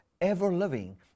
ever-living